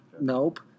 Nope